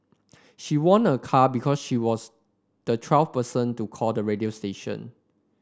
she won a car because she was the twelfth person to call the radio station